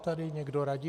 tady někdo radí.